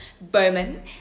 Bowman